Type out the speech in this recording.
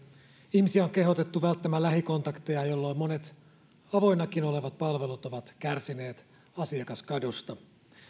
ihmisiä on kehotettu välttämään lähikontakteja jolloin monet avoinnakin olevat palvelut ovat kärsineet asiakaskadosta